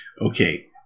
Okay